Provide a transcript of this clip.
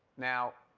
now